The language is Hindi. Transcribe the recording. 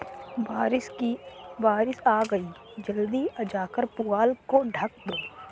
बारिश आ गई जल्दी जाकर पुआल को ढक दो